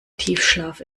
tiefschlaf